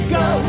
go